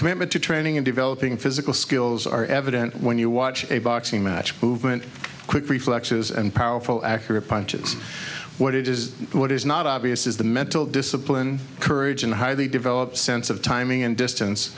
commitment to training and developing physical skills are evident when you watch a boxing match movement quick reflexes and powerful accurate punches what it is what is not obvious is the mental discipline courage and highly developed sense of timing and distance